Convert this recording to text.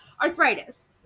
arthritis